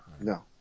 no